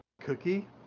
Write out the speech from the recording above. Cookie